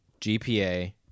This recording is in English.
gpa